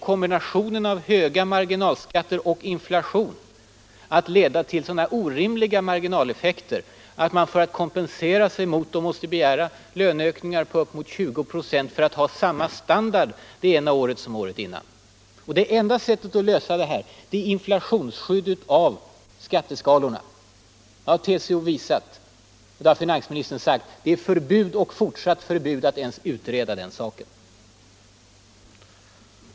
Kombinationen av höga marginalskatter och inflation leder ju till sådana orimliga marginaleffekter att man för att kompensera sig måste begära löneökningar på upp emot 20 96 för att ha samma standard det ena året som året innan. Det enda sättet att lösa problemet är inflationsskydd av skatteskalorna, det har TCO visat. Men finansministern har sagt att det även i fortsättningen skall vara förbjudet för skatteutredningen att utreda den saken.